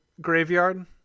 graveyard